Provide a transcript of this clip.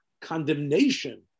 condemnation